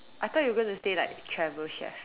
I thought were you going to say like travel chef